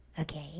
okay